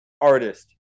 artist